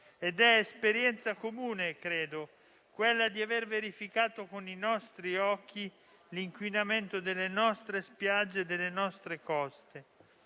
ed è esperienza comune - credo - quella di aver verificato con i nostri occhi l'inquinamento delle nostre spiagge e delle nostre coste,